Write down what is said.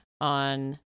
on